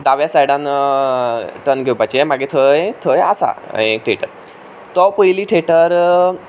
धाव्या सायडान टर्न घेवपाचें मागीर थंय थंय आसा एक थिएटर तो पयलीं थिएटर